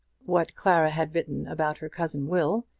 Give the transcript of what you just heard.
what clara had written about her cousin will,